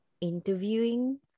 interviewing